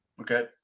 Okay